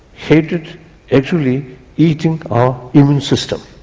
hatred actually eating our immune system.